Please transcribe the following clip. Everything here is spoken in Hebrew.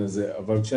בוקר טוב